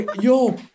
Yo